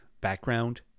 background